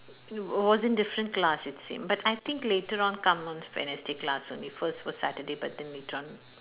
It was in different class it seem but I think later on come on Wednesday class only first first Saturday but then they tryi~